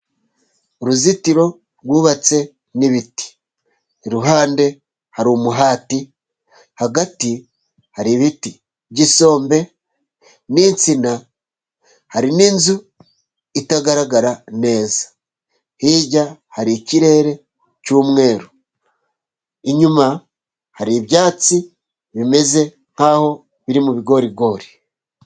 Uruzitiro rwubatse n'ibiti, iruhande hari umuhati, hagati hari ibiti by'isombe n'insina ,hari n'inzu itagaragara neza, hirya hari ikirere cy'umweru, inyuma hari ibyatsi bimeze nk'aho biri mu bigorigori.